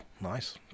nice